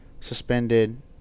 suspended